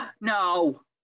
No